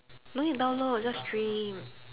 no need download just stream